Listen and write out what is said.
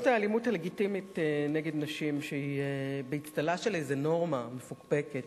זאת האלימות הלגיטימית נגד נשים שהיא באצטלה של איזה נורמה מפוקפקת,